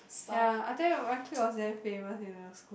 ya I tell you my clip was damn famous in the school